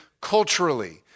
culturally